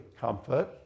comfort